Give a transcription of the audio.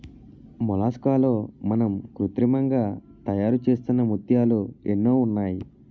మొలస్కాల్లో మనం కృత్రిమంగా తయారుచేస్తున్న ముత్యాలు ఎన్నో ఉన్నాయి